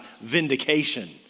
vindication